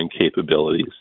capabilities